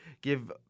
give